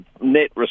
net